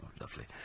Lovely